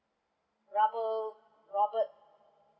rubber robert